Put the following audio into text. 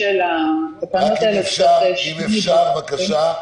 --- בבקשה,